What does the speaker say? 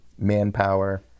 manpower